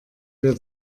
wir